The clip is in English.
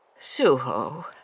Suho